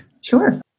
Sure